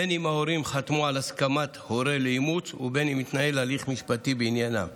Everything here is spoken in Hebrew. בין שההורים חתמו על הסכמת הורה לאימוץ ובין שהתנהל הליך משפטי בעניינם,